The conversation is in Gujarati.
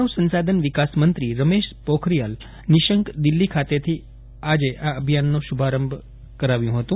માનવ સંસાધન વિકાસમંત્રી રમેશ પોખરીયાલ નિશંક દિલ્હી ખાતેથી આ અભિયાનનો શુભારંભ કરાવ્યું હતું